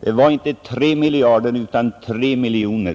Jag menade inte 3 miljarder, utan 3 miljoner.